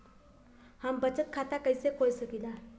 हम बचत खाता कईसे खोल सकिला?